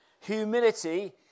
Humility